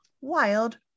wild